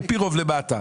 על-פי רוב למטה,